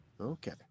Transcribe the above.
Okay